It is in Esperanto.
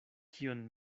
kion